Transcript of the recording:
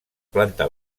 planta